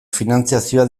finantzazioa